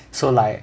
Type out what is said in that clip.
so like